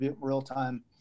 real-time